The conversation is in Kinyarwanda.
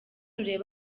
urebe